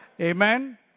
Amen